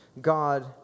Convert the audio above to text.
God